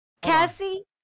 Cassie